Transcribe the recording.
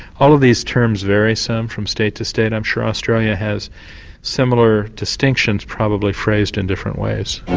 all of these terms vary some from state to state. i'm sure australia has similar distinctions probably phrased in different ways.